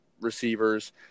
receivers